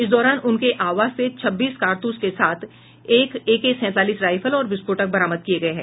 इस दौरान उनके आवास से छब्बीस कारतूस के साथ एक एके सैंतालीस राइफल और विस्फोटक बरामद किये गये हैं